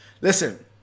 Listen